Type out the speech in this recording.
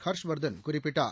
ஹர்ஷ்வாத்தன் குறிப்பிட்டார்